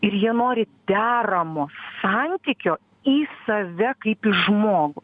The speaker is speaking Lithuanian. ir jie nori deramo santykio į save kaip į žmogų